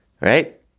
Right